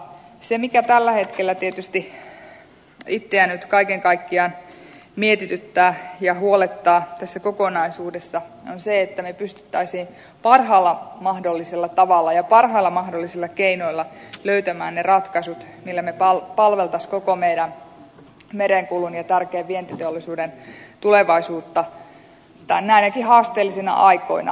se mikä tällä hetkellä tietysti itseäni nyt kaiken kaikkiaan mietityttää ja huolettaa tässä kokonaisuudessa on se että me pystyisimme parhaalla mahdollisella tavalla ja parhailla mahdollisilla keinoilla löytämään ne ratkaisut millä palvelisimme koko meidän merenkulun ja tärkeän vientiteollisuuden tulevaisuutta näinäkin haasteellisina aikoina